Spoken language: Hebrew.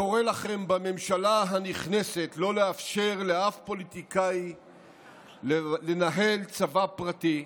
וקורא לכם בממשלה הנכנסת לא לאפשר לאף פוליטיקאי לנהל צבא פרטי,